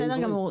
בסדר גמור.